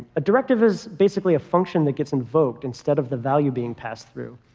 a directive is basically a function that gets invoked instead of the value being passed through.